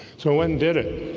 so when did it?